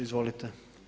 Izvolite.